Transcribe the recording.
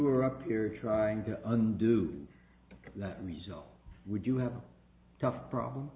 are up here trying to undo that result would you have a tough problem